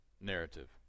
narrative